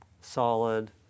solid